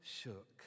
shook